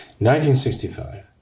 1965